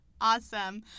Awesome